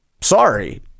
Sorry